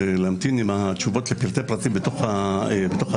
להמתין עם התשובות לפרטי פרטים בתוך הנוהל.